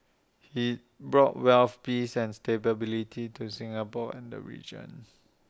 he brought wealth peace and stability to Singapore and the region